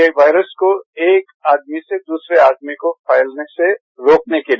यह वायरस को एक आदमी से दूसरे आदमी को फैलने से रोकने के लिए